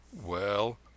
Well